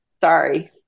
Sorry